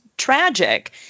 tragic